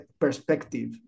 perspective